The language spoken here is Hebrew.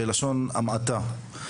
בלשון המעטה.